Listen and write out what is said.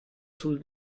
sul